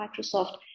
Microsoft